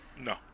No